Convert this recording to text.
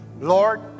Lord